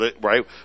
right